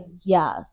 Yes